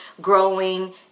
growing